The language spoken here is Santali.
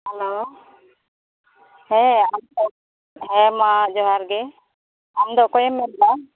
ᱦᱮᱞᱳ ᱦᱮᱸ ᱟᱢᱫᱚ ᱦᱮᱸᱢᱟ ᱡᱚᱦᱟᱨ ᱜᱮ ᱟᱢᱫᱚ ᱚᱠᱚᱭᱮᱢ ᱢᱮᱱᱫᱟ